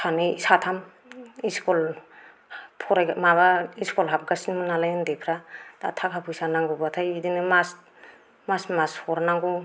सानै साथाम स्कुल फराय माबा स्कुल हाबगासिनो नालाय उन्दैफ्रा दा थाखा फैसा नांगौबाथाय बिदिनो मास मासै हरनांगौ